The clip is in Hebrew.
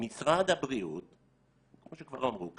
משרד הבריאות כמו שכבר אמרו כאן,